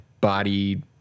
body